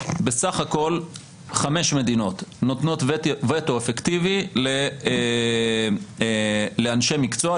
בסך הכול חמש מדינות נותנות וטו אפקטיבי לאנשי מקצוע,